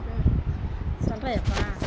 ம் சொல்கிறேன் எப்பா